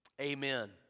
Amen